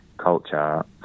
culture